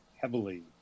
heavily